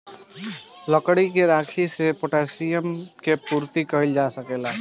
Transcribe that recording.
लकड़ी के राखी से पोटैशियम के पूर्ति कइल जा सकेला